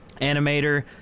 animator